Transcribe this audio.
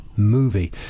Movie